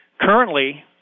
Currently